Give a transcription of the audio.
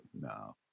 No